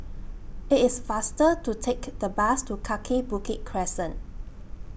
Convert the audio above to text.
IT IS faster to Take The Bus to Kaki Bukit Crescent